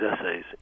essays